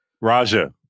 Raja